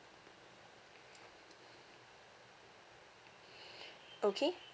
okay